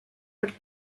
mit